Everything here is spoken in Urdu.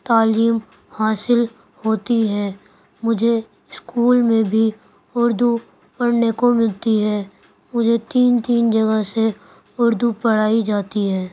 تعلیم حاصل ہوتی ہے مجھے اسکول میں بھی اردو پڑھنے کو ملتی ہے مجھے تین تین جگہ سے اردو پڑھائی جاتی ہے